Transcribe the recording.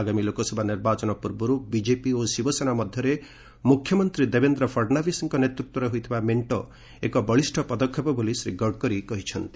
ଆଗାମୀ ଲୋକସଭା ନିର୍ବାଚନ ପୂର୍ବରୁ ବିଜେପି ଓ ଶିବସେନା ମଧ୍ୟରେ ମୁଖ୍ୟମନ୍ତ୍ରୀ ଦେବେନ୍ଦ୍ର ଫଡ୍ନାବିସ୍ଙ୍କ ନେତୃତ୍ୱରେ ହୋଇଥିବା ମେଣ୍ଟ ଏକ ବଳିଷ୍ଣ ପଦକ୍ଷେପ ବୋଲି ଶ୍ରୀ ଗଡ଼କରୀ କହିଛନ୍ତି